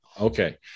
Okay